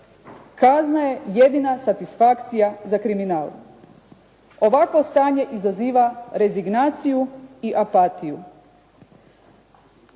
Kazna je jedina satisfakcija za kriminal. Ovakvo stanje izaziva rezignaciju i apatiju.